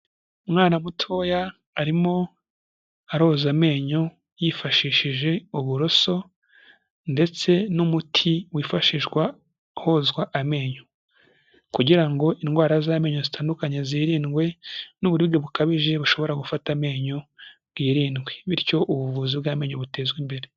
Umwana mutoya arimo aroza amenyo yifashishije uburoso ndetse n'umuti, wifashishwa hozwa amenyo kugira ngo indwara z'amenyo zitandukanye zirindwe n'uburibwe bukabije bushobora gufata amenyo bwirindwi bityo ubu buvuzi bw'amenyo butezwe imbere.